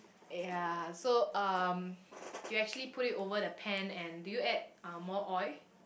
ya so um you actually put it over the pan and do you add um more oil